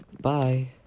Bye